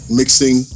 mixing